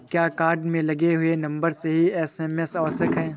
क्या कार्ड में लगे हुए नंबर से ही एस.एम.एस आवश्यक है?